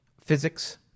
physics